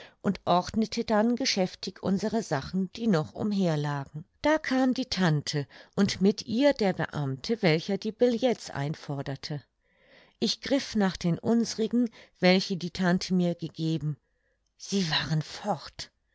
und ordnete dann geschäftig unsere sachen die noch umher lagen da kam die tante und mit ihr der beamte welcher die billets einforderte ich griff nach den unsrigen welche die tante mir gegeben sie waren fort